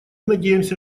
надеемся